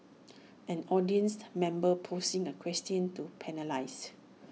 an audience member posing A question to panellists